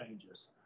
changes